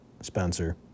Spencer